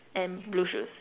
and blue shoes